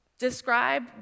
Describe